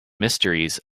mysteries